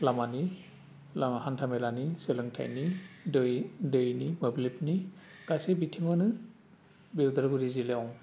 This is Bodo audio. लामानि लामा हान्था मेलानि सोलोंथाइनि दै दैनि मोब्लिबनि गासै बिथिङावनो बे उदालगुरि जिल्लायाव